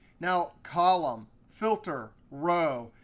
now, column, filter, row,